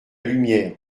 lumière